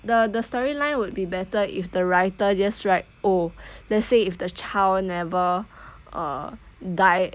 the the storyline would be better if the writer just write oh let's say if the child never uh die